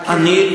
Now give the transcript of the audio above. עם קרי,